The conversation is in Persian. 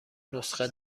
نسخه